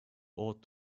ought